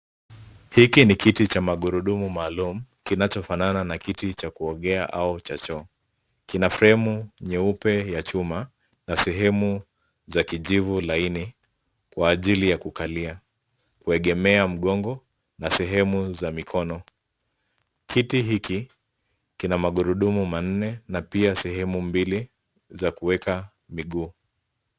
Hiki ni kiti cha magurudumu maalum kinachofanana na kiti cha kuogea au cha choo. Kina fremu nyeupe ya chuma na sehemu za kijivu laini kwa ajili ya kukalia, kuegemea mgongo na sehemu za mikono. Kiti hiki kina magurudumu manne na pia sehemu mbili za kuweka miguu.